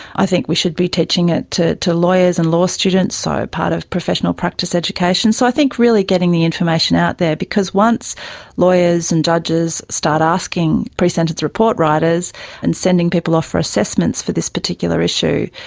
i think we should be teaching it to to lawyers and law students, so part of professional practice education. so i think really getting the information out there, because once lawyers and judges start asking presentence report writers and sending people off for assessments for this particular issue,